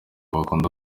bakunda